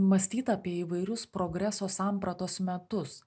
mąstyt apie įvairius progreso sampratos metus